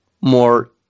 more